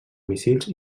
míssils